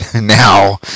now